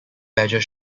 badger